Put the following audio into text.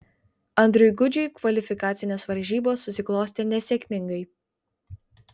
andriui gudžiui kvalifikacinės varžybos susiklostė nesėkmingai